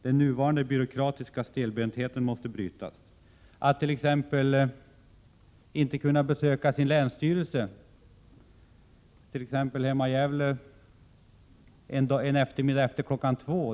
Den nuvarande byråkratiska stelbentheten måste brytas. Det är stelbenta regler som gör att människor inte kan besöka sin länsstyrelse — som fallet är hemma i Gävle — efter kl. 14.00.